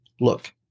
look